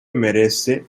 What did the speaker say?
merece